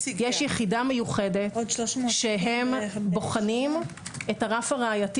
יש יחידה מיוחדת שהם בוחנים את הרף הראייתי.